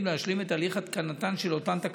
להשלים את הליך התקנתן של אותן תקנות,